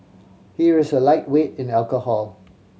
he is a lightweight in alcohol